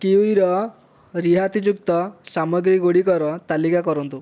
କିୱିର ରିହାତିଯୁକ୍ତ ସାମଗ୍ରୀଗୁଡ଼ିକର ତାଲିକା କରନ୍ତୁ